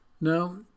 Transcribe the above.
Now